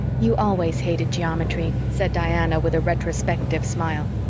you always hated geometry, said diana with a retrospective smile.